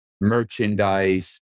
merchandise